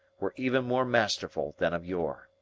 were even more masterful than of yore.